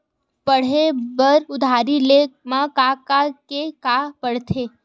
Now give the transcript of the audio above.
पढ़े बर उधारी ले मा का का के का पढ़ते?